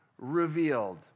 revealed